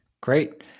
Great